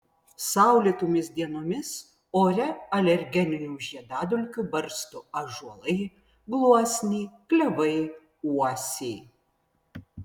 saulėtomis dienomis ore alergeninių žiedadulkių barsto ąžuolai gluosniai klevai uosiai